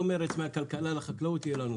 עם אותו מרץ שהיה לה במשרד הכלכלה,